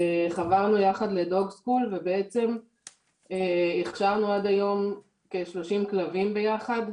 חברנו יחד ל-Dog School והכשרנו עד היום כ-30 כלבים ביחד,